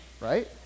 Right